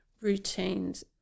Routines